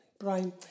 Brian